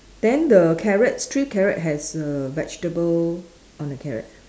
then the carrots three carrot has err vegetable on the carrot